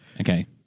Okay